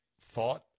thought